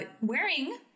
wearing